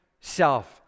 self